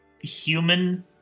human